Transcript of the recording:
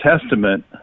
Testament